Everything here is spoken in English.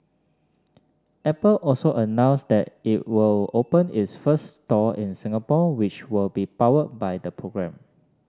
apple also announced that it will open its first store in Singapore which will be powered by the program